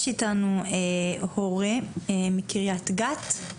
יש איתנו הורה מקרית גת.